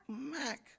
Mac